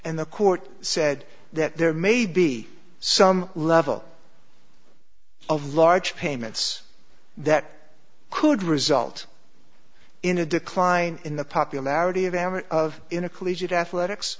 and the court said that there may be some level of large payments that could result in a decline in the popularity of am or of in a collegiate athletics